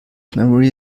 memory